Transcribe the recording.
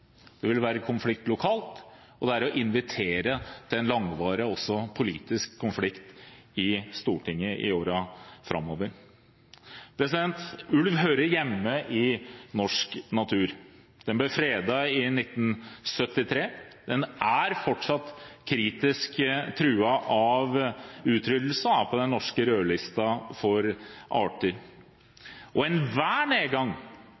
Det vil være konflikt lokalt, og det er også å invitere til en langvarig politisk konflikt i Stortinget i årene framover. Ulv hører hjemme i norsk natur. Den ble fredet i 1973, den er fortsatt kritisk truet av utryddelse og er på den norske rødlisten for